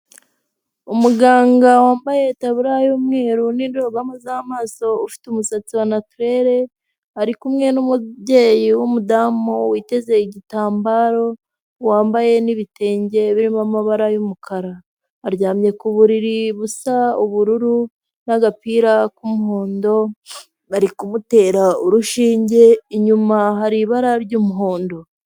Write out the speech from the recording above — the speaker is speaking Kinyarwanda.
Umuganga wambaye itabiriya y'umweru n'indorerwamo z'amaso ufite umusatsi wa naturere, ari kumwe n'umubyeyi w'umudamu witeze igitambaro, wambaye n'ibitenge birimo amabaray'umukara. Aryamye ku buriri busa ubururu n'agapira k'umuhondo bari kumutera urushinge. inyuma hari ibara ry'umuhondo.